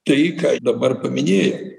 tai ką ir dabar paminėjai